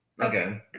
Okay